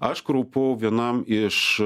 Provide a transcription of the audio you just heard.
aš kraupau vienam iš